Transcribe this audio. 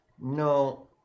no